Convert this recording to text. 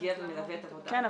מגיע ומלווה את עבודת --- כן,